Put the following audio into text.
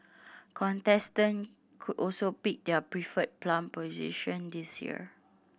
contestant could also pick their preferred palm position this year